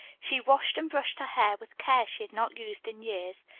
she washed and brushed her hair with care she had not used in years.